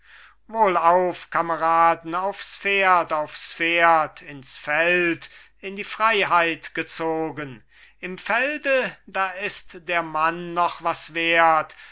wohl auf kameraden aufs pferd aufs pferd ins feld in die freiheit gezogen im felde da ist der mann noch was wert